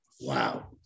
Wow